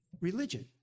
religion